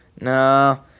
No